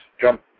Jump